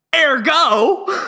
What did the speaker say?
ergo